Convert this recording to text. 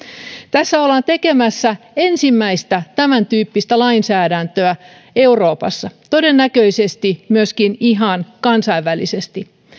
tässä ollaan tekemässä ensimmäistä tämäntyyppistä lainsäädäntöä euroopassa todennäköisesti myöskin ihan kansainvälisesti